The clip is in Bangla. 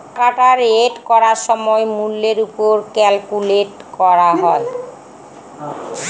যে টাকাটা রেট করার সময় মূল্যের ওপর ক্যালকুলেট করা হয়